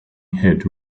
had